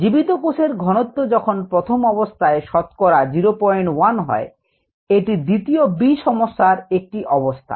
জীবিত কোষ এর ঘনত্ব যখন প্রথম অবস্থার শতকরা 01 হয় এটি দ্বিতীয় b সমস্যার একটি অবস্থা